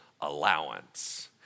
allowance